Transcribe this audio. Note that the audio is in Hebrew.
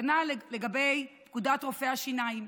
כנ"ל לגבי פקודת רופאי השיניים.